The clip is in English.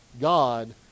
God